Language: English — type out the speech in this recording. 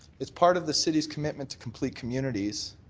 it's part of the city's commitment to complete communities.